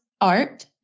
art